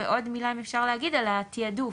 ועוד מילה אם אפשר להגיד על התיעדוף,